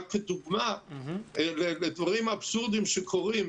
רק דוגמה לדברים אבסורדיים שקורים.